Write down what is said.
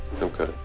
Okay